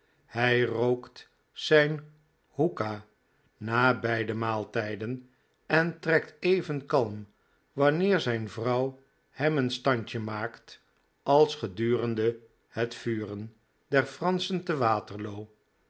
hij rookt zijn hookah na beide maaltijden en trekt even kalm wanneer zijn vrouw hem een standje maakt als gedurende het vuren der franschen te waterloo